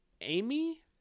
Amy